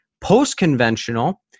Post-conventional